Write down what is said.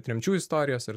tremčių istorijas ar